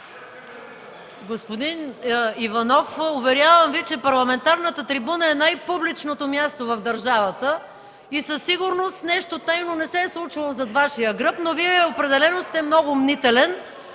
Господин Иванов, уверявам Ви, че парламентарната трибуна е най-публичното място в държавата и със сигурност нищо тайно не се е случвало зад Вашия гръб, но Вие определено сте много мнителен.